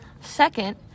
second